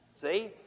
see